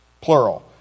plural